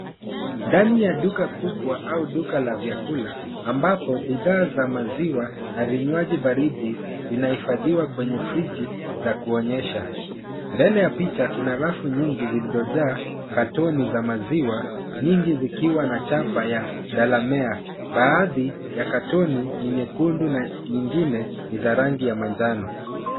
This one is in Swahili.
Ndani ya duka kubwa au duka la vyakula, ambapo bidhaa za maziwa na vinywaji baridi vinahifadhiwa kwenye friji za kuonyesha, mbele ya picha kuna rafu nyingi zilizojaa katoni za maziwa, nyingi zikiwa na chapa ya Delamere. Baadhi ya katoni ni nyekundu na nyingine ni za rangi ya manjano.